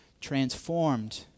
transformed